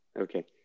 okay